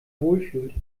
wohlfühlt